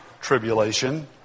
tribulation